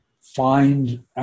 find